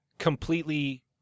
Completely